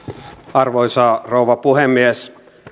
arvoisa rouva puhemies